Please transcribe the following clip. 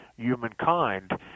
humankind